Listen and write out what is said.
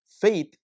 faith